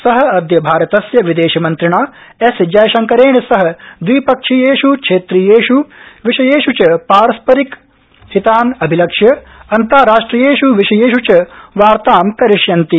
स अदय भारतस्य विदेशमन्त्रिणा एस जयशंकरेण सह दविपक्षीयेष् क्षेत्रीयेष् विषयेष् च पारस्परिकहितान् अभिलक्ष्य अन्ताराष्ट्रियेष् विषयेष् च वार्ता करिष्यन्ति